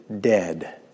dead